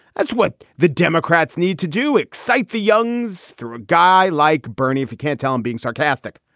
that's what the democrats need to do, excite the youngs through a guy like bernie. if you can't tell i'm being sarcastic,